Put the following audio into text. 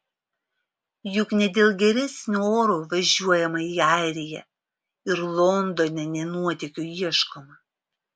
juk ne dėl geresnio oro važiuojama į airiją ir londone ne nuotykių ieškoma